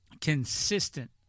consistent